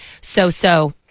so-so